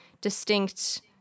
distinct